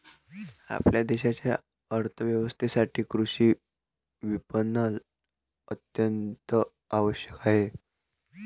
आपल्या देशाच्या अर्थ व्यवस्थेसाठी कृषी विपणन अत्यंत आवश्यक आहे